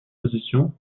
position